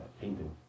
painting